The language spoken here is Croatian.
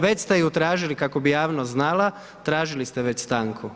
Već ste ju tražili kako bi javnost znala, tražili ste već stanku.